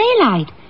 daylight